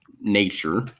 nature